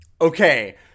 Okay